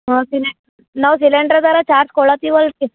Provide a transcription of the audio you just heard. ಹ್ಞೂ ಸಿಲೆ ನಾವು ಸಿಲೆಂಡರ್ದಾರೆ ಚಾರ್ಜ್ ಕೊಡ್ಲತ್ತಿವಲ್ಲ ರಿ